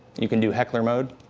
you can do heckler mode.